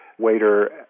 waiter